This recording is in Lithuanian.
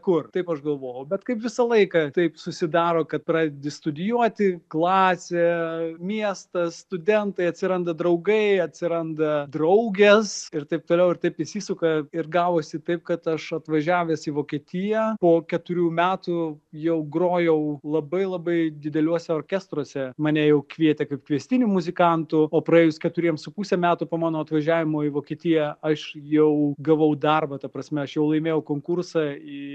kur taip aš galvojau bet kaip visą laiką taip susidaro kad pradedi studijuoti klasė miestas studentai atsiranda draugai atsiranda draugės ir taip toliau ir taip įsisuka ir gavosi taip kad aš atvažiavęs į vokietiją po keturių metų jau grojau labai labai dideliuose orkestruose mane jau kvietė kaip kviestinį muzikantų o praėjus keturiems su puse metų po mano atvažiavimo į vokietiją aš jau gavau darbą ta prasme aš jau laimėjau konkursą į